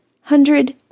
hundred